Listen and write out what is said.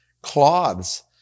cloths